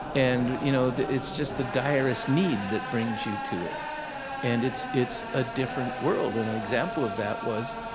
and you know it's just the direst need that brings you to it and it's it's a different world, and an example of that was,